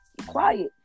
quiet